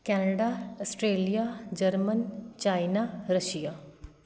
Canada Australia Germany China Russia